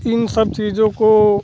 इन सब चीज़ों को